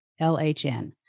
LHN